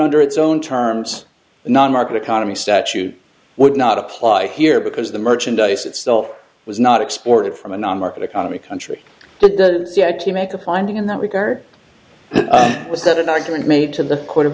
under its own terms non market economy statute would not apply here because the merchandise itself was not exported from a non market economy country that does yet to make a finding in that regard was that an argument made to the court